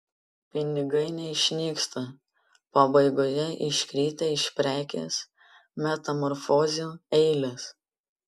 pinigai neišnyksta pabaigoje iškritę iš prekės metamorfozių eilės